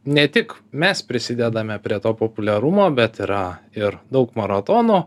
ne tik mes prisidedame prie to populiarumo bet yra ir daug maratonų